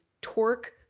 torque